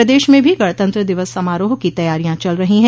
प्रदेश में भी गणतंत्र दिवस समारोह की तैयारियां चल रही है